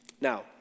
Now